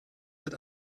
hat